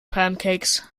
pancakes